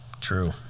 True